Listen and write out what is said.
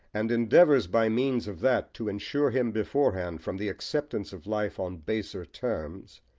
and endeavours by means of that to insure him beforehand from the acceptance of life on baser terms,